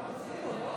חברי הכנסת,